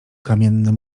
kamienny